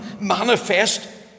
Manifest